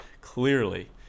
clearly